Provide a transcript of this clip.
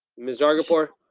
miss zargarpur. i